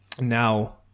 now